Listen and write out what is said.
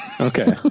Okay